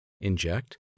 inject